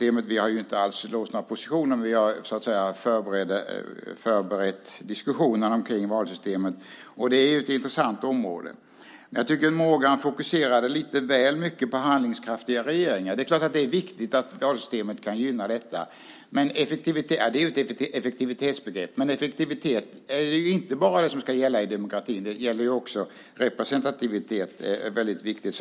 Vi har inte alls låsta positioner, men vi har förberett diskussionen om valsystemet, och det är ett intressant område. Morgan fokuserade lite väl mycket på handlingskraftiga regeringar. Det är viktigt att valsystemet gynnar detta. Det är ett effektivitetsbegrepp. Men det är inte bara effektivitet som ska gälla i demokratin utan även representativitet, som är viktigt.